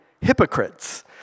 hypocrites